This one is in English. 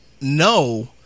no